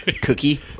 cookie